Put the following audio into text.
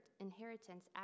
inheritance